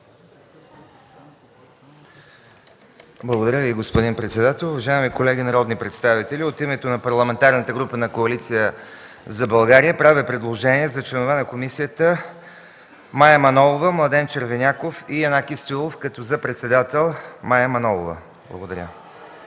Благодаря Ви, господин председател. Уважаеми колеги народни представители, от името на Парламентарната група на Коалиция за България правя предложение за членове на комисията Мая Манолова, Младен Червеняков и Янаки Стоилов, като за председател предлагаме